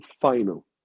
final